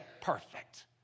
perfect